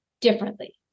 Differently